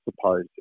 suppose